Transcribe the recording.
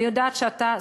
אני יודעת שאתה,